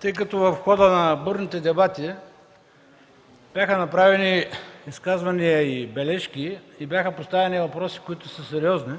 тъй като в хода на бурните дебати бяха направени изказвания и бележки и бяха поставени въпроси, които са сериозни,